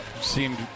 seemed